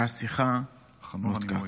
והשיחה נותקה.